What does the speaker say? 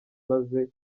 maze